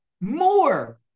More